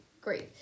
Great